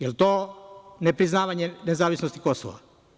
Jel to nepriznavanje nezavisnosti Kosova?